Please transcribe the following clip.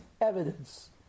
evidence